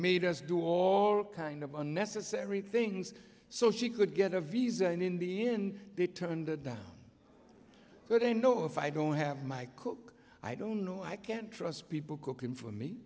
made us do all kinds of unnecessary things so she could get a visa and in they turned it down so they know if i don't have my cook i don't know i can't trust people cooking for me